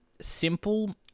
simple